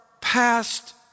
past